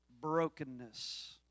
brokenness